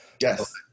Yes